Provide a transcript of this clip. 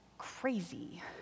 crazy